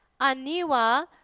Aniwa